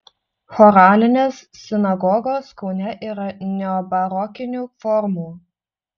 choralinės sinagogos kaune yra neobarokinių formų